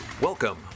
Welcome